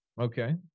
Okay